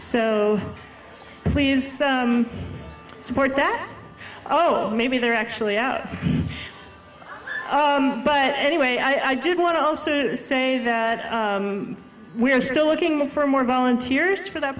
so please support that oh maybe they're actually out but anyway i did want to also say that we are still looking for more volunteers for that